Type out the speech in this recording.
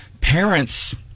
Parents